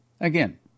Again